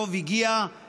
יושב-ראש ועדת הכלכלה.